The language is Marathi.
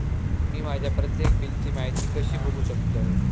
मी माझ्या प्रत्येक बिलची माहिती कशी बघू शकतय?